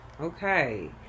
Okay